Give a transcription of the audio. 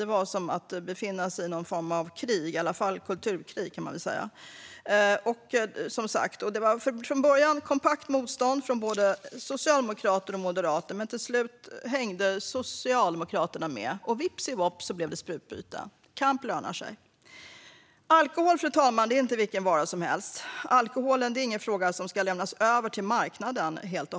Det var som att befinna sig i någon form av krig - ett kulturkrig. Det var från början kompakt motstånd från både socialdemokrater och moderater, men till slut hängde Socialdemokraterna med. Och vips så blev det sprututbyte. Kamp lönar sig. Fru talman! Alkohol är inte vilken vara som helst. Alkohol är ingen fråga som ska lämnas över till marknaden.